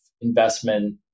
investment